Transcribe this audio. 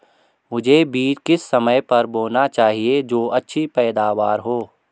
मुझे बीज किस समय पर बोना चाहिए जो अच्छी पैदावार हो?